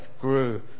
grew